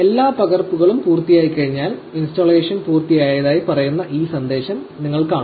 എല്ലാ പകർപ്പുകളും പൂർത്തിയായിക്കഴിഞ്ഞാൽ ഇൻസ്റ്റാളേഷൻ പൂർത്തിയായതായി പറയുന്ന ഈ സന്ദേശം നിങ്ങൾ കാണും